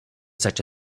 such